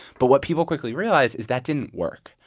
but what people quickly realized is that didn't work.